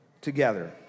together